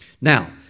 Now